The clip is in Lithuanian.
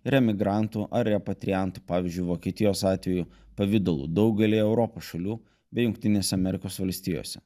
ir emigrantų ar repatriantų pavyzdžiui vokietijos atveju pavidalų daugelyje europos šalių bei jungtinėse amerikos valstijose